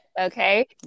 Okay